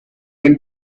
can